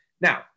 now